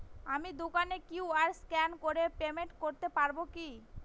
আমি দোকানে QR scan করে পেমেন্ট করতে পারবো কি?